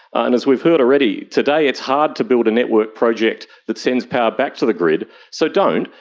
and as we've heard already, today it's hard to build a network project that sends power back to the grid, so don't.